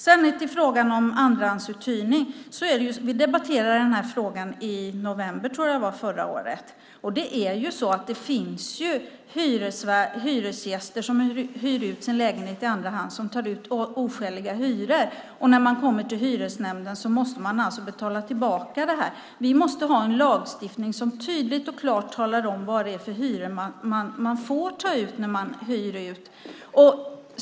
Sedan till frågan om andrahandsuthyrning: Vi debatterade den frågan i november, tror jag det var, förra året. Det finns hyresgäster som hyr ut sina lägenheter i andra hand och som tar ut oskäliga hyror. När det kommer till hyresnämnden måste de betala tillbaka det. Vi måste ha en lagstiftning som tydligt och klart talar om vad det är för hyror man får ta ut när man hyr ut.